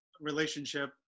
relationship